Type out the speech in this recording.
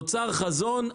נוצר חזון,